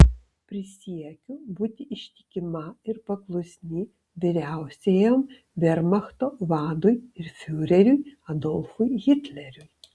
prisiekiu būti ištikima ir paklusni vyriausiajam vermachto vadui ir fiureriui adolfui hitleriui